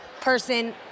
person